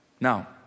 Now